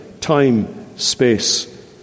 time-space